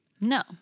No